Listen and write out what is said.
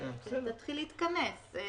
ותתחיל להתכנס.